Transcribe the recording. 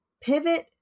pivot